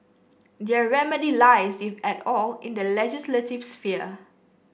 their remedy lies if at all in the legislative sphere